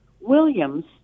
Williams